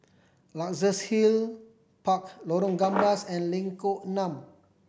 Luxus Hill Park Lorong Gambas and Lengkok Enam